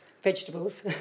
vegetables